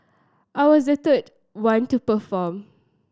I was the third one to perform